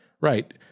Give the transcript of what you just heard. Right